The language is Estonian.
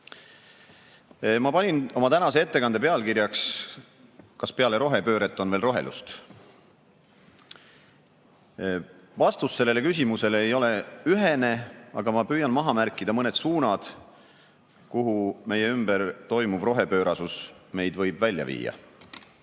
Ma panin oma tänase ettekande pealkirjaks "Kas peale rohepööret on veel rohelust?". Vastus sellele küsimusele ei ole ühene, aga ma püüan maha märkida mõned suunad, kuhu meie ümber toimuv rohepöörasus võib meid välja viia.